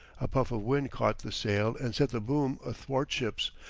a puff of wind caught the sail and sent the boom athwartships,